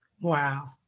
Wow